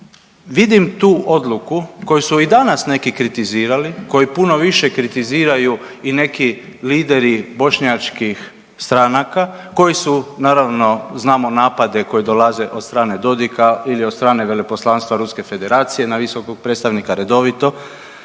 vidim tu odluku koju su i danas neki kritizirali, koji puno više kritiziraju i neki lideri bošnjačkih stranaka, koji su naravno znamo napade koji dolaze od strane Dodika ili od strane Veleposlanstva Ruske Federacije na visokog predstavnika redovito,